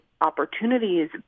Opportunities